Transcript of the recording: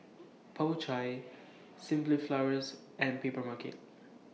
Po Chai Simply Flowers and Papermarket